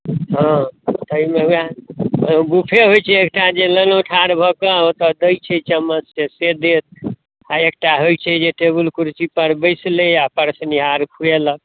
हँ एहिमे वहए बूफे होइ छै एक टा जे लाइनमे ठार भऽ कऽ ओतऽ दै छै चम्मच से से देत आ एक टा होइ छै जे टेबुल कुर्सी पर बैसले आ परसनिहार खुएलक